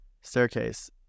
staircase